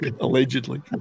allegedly